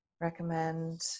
recommend